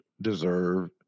deserve